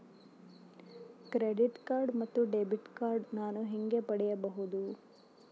Credit card ಮತ್ತು debit card ನಾನು ಹೇಗೆ ಪಡೆಯಬಹುದು?